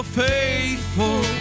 faithful